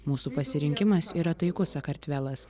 mūsų pasirinkimas yra taikus sakartvelas